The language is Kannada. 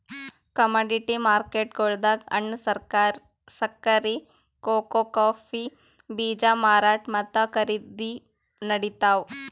ಕಮಾಡಿಟಿ ಮಾರ್ಕೆಟ್ದಾಗ್ ಹಣ್ಣ್, ಸಕ್ಕರಿ, ಕೋಕೋ ಕಾಫೀ ಬೀಜ ಮಾರಾಟ್ ಮತ್ತ್ ಖರೀದಿ ನಡಿತಾವ್